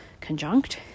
conjunct